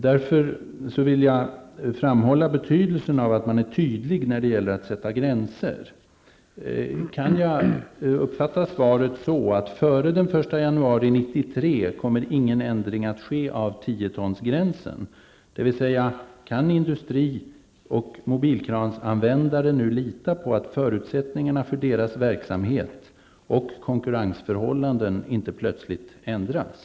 Därför vill jag framhålla betydelsen av att man är tydlig när det gäller att sätta gränser. Kan jag uppfatta svaret på ett sådant sätt att ingen ändring kommer att ske av 10-tons gränsen förrän den 1 januari 1993, dvs. kan industri och mobilkransanvändare nu lita på att förutsättningarna för deras verksamhet och konkurrensförhållanden inte plötsligt ändras?